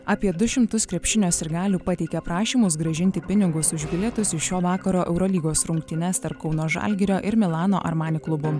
apie du šimtus krepšinio sirgalių pateikė prašymus grąžinti pinigus už bilietus į šio vakaro eurolygos rungtynes tarp kauno žalgirio ir milano armani klubų